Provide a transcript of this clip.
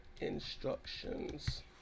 instructions